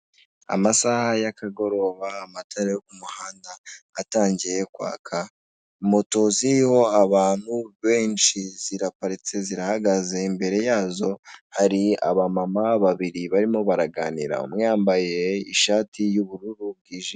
Amasaha ya kagoroba, amatara yo ku muhanda atangiye kwaka, moto ziriho abantu benshi ziraparitse, zirahagaze imbere yazo hari abamama babiri barimo baraganira umwe yambaye ishati y'ubururu bwijimye.